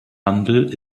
handel